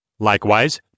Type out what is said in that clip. Likewise